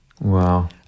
Wow